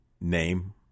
name